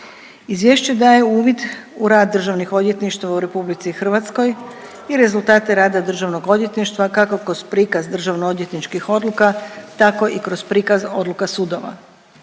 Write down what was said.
Izvješće daje uvid u rad državnih odvjetništava u RH i rezultate rada državnog odvjetništva, kako kroz prikaz državno odvjetničkih odluka tako i kroz prikaz odluka sudova.